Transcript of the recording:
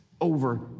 over